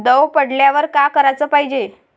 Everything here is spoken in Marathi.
दव पडल्यावर का कराच पायजे?